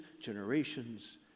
generations